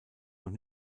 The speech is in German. noch